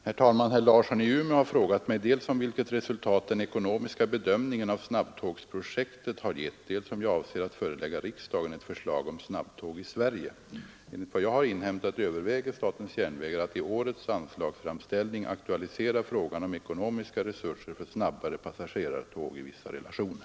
Herr talman! Herr Larsson i Umeå har frågat mig dels om vilket resultat den ekonomiska bedömningen av snabbtågsprojektet har gett, dels om jag avser att förelägga riksdagen ett förslag om snabbtåg i Sverige. Enligt vad jag har inhämtat överväger statens järnvägar att i årets anslagsframställning aktualisera frågan om ekonomiska resurser för snabbare passagerartåg i vissa relationer.